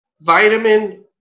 Vitamin